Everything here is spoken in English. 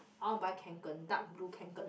I want buy Kanken dark blue Kanken